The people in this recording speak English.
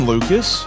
Lucas